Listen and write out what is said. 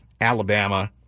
Alabama